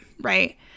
Right